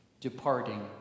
departing